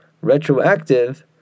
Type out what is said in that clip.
retroactive